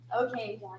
Okay